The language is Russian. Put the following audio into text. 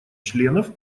членов